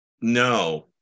no